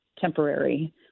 temporary